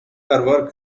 her